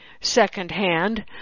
second-hand